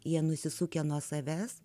jie nusisukę nuo savęs